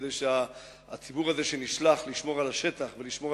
כדי שהציבור הזה שנשלח לשמור על השטח ולשמור